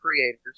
creators